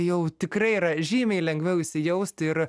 jau tikrai yra žymiai lengviau įsijausti ir